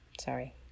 sorry